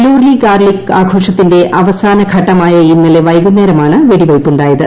Gilroy garlic ആഘോഷത്തിന്റെ അവസാന ഘട്ടമായ ഇന്നലെ വൈകുന്നേരമാണ് വെടിവയ്പ്പുണ്ടായത്